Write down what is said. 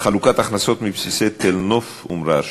חלוקת ההכנסות מבסיסי תל-נוף ומרר,